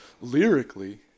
lyrically